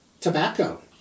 tobacco